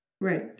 Right